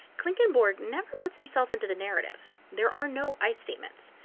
klinkenborg never puts himself into the narrative there are no i statements.